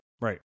Right